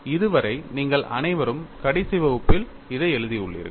இது வரை நீங்கள் அனைவரும் கடைசி வகுப்பில் இதை எழுதியுள்ளீர்கள்